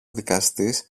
δικαστής